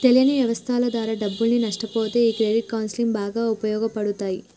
తెలియని వ్యవస్థల ద్వారా డబ్బుల్ని నష్టపొతే ఈ క్రెడిట్ కౌన్సిలింగ్ బాగా ఉపయోగపడతాయి